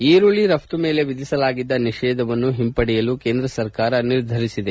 ಈರುಳ್ಳಿ ರಫ್ನು ಮೇಲೆ ವಿಧಿಸಲಾಗಿದ್ದ ನಿಷೇಧವನ್ನು ಹಿಂಪಡೆಯಲು ಕೇಂದ್ರ ಸರಕಾರ ನಿರ್ಧರಿಸಿದೆ